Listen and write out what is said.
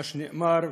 מה שנאמר,